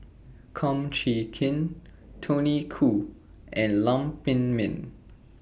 Kum Chee Kin Tony Khoo and Lam Pin Min